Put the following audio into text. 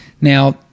Now